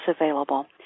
available